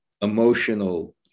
emotional